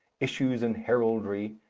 issues in heraldry,